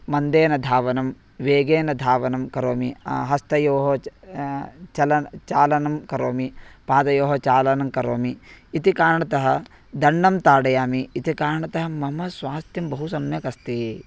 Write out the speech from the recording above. मन्दं धावनं वेगेन धावनं करोमि हस्तयोः च् चालनं चालनं करोमि पादयोः चालनं करोमि इति कारणतः दण्डं ताडयामि इति कारणतः मम स्वास्थ्यं बहु सम्यकस्ति